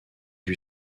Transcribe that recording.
lui